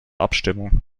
abstimmung